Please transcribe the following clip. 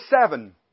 seven